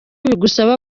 bigusaba